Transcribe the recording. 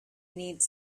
needs